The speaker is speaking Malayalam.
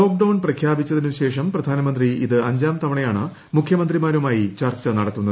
ലോക്ഡൌൺ പ്രഖ്യാപിച്ചതിനുശേഷം പ്രധാനമന്ത്രി ഇത് അഞ്ചാം തവണയാണ് മുഖ്യമന്ത്രിമാരുമായി ചർച്ച നടത്തുന്നത്